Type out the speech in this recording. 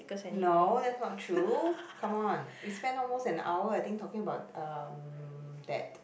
no that's not true come on we spend almost an hour I think talking about um that